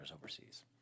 overseas